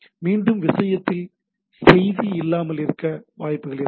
மீண்டும் விஷயத்தில் செய்தி இல்லாதிருக்க வாய்ப்புகள் இருக்கலாம்